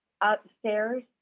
Upstairs